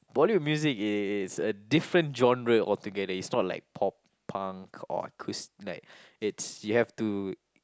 Bollywood music is is a different genre all together is not like pop punk or acous~ like it's you have to